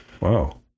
Wow